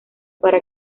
para